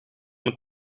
het